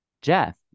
Jeff